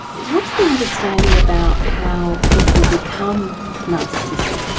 what's the understanding about how people become narcissistic?